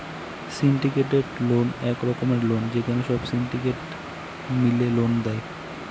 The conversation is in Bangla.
সিন্ডিকেটেড লোন এক রকমের লোন যেখানে সব সিন্ডিকেট মিলে লোন দেয়